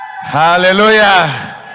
Hallelujah